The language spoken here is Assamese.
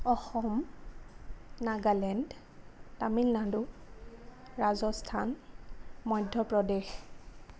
অসম নাগালেণ্ড তামিলনাডু ৰাজস্থান মধ্যপ্ৰদেশ